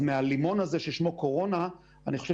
אז מהלימון הזה ששמו קורונה אני חושב